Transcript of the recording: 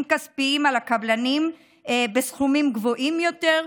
כספיים על הקבלנים בסכומים גבוהים יותר,